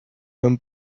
homme